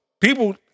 people